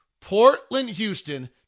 Portland-Houston